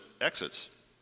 exits